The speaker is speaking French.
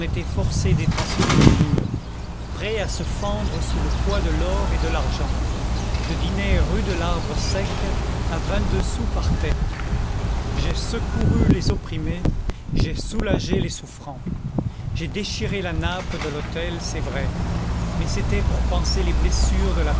forcé d'étançonner les murs prêts à se fendre sous le poids de l'or et de l'argent je dînais rue de larbre sec à vingt-deux sous par tête j'ai secouru les opprimés j'ai soulagé les souffrants j'ai déchiré la nappe de l'autel c'est vrai mais c'était pour panser les blessures de la